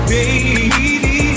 Baby